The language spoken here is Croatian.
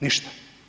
Ništa.